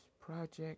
Project